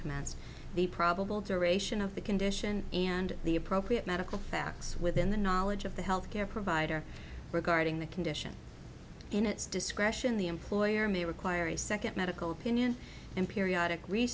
commenced the probable duration of the condition and the appropriate medical facts within the knowledge of the health care provider regarding the condition in its discretion the employer may require a second medical opinion in periodic